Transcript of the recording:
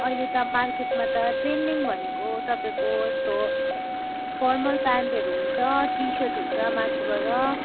अहिले त मार्केटमा त ट्रेन्डिङ भनेको तपाईँको यस्तो फर्मल प्यान्टहरू हुन्छ टिसर्ट हुन्छ माथिबाट